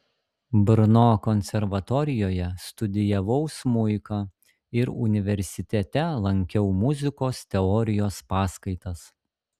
brno konservatorijoje studijavau smuiką ir universitete lankiau muzikos teorijos paskaitas